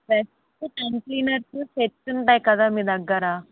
next tongue cleaners sets ఉంటాయి కదా మీ దగ్గర